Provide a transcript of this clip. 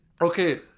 Okay